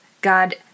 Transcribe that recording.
God